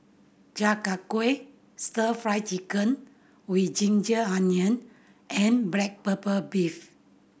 Chi Kak Kuih Stir Fry Chicken with ginger onion and black pepper beef